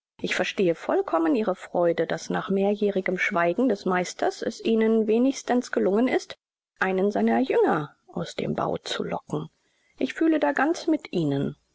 ich verstehe vollkommen ihre freude daß nach mehrjährigem schweigen des meisters es ihnen wenigstens gelungen ist einen seiner jünger aus dem bau zu locken ich fühle da ganz mit ihnen